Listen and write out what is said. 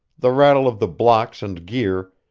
the rattle of the blocks and gear,